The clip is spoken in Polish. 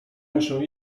muszę